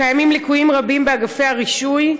קיימים ליקויים רבים באגפי הרישוי,